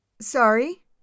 Sorry